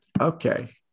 Okay